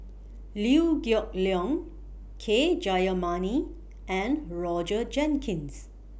Liew Geok Leong K Jayamani and Roger Jenkins